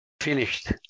finished